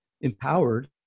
empowered